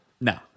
No